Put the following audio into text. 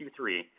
Q3